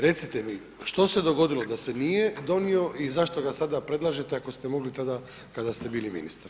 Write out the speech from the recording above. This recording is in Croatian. Recite mi, što se dogodilo da se nije donio i zašto ga sada predlažete ako ste mogli tada kada ste bili ministar?